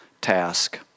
task